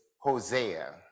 Hosea